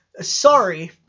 sorry